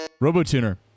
RoboTuner